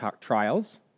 trials